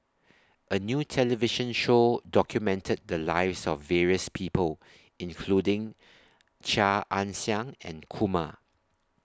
A New television Show documented The Lives of various People including Chia Ann Siang and Kumar